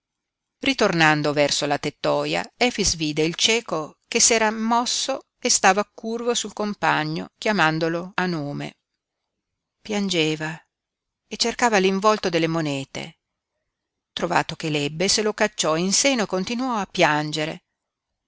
ritornando verso la tettoia efix vide il cieco che s'era mosso e stava curvo sul compagno chiamandolo a nome piangeva e cercava l'involto delle monete trovato che l'ebbe se lo cacciò in seno e continuò a piangere